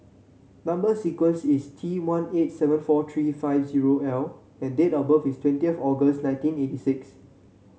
number sequence is T one eight seven four three five zero L and date of birth is twentieth August nineteen eighty six